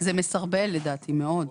זה מסרבל, לדעתי, מאוד.